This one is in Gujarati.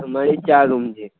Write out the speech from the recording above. અમારે ચાર રૂમ છે